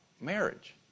marriage